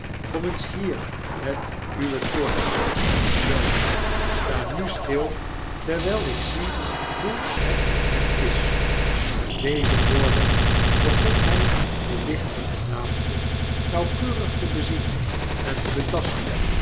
kom eens hier met uwe toorts zoo sta nu stil terwijl ik zie hoe het met hem is met deze woorden begon hij de liggende gedaante nauwkeurig te bezien en te betasten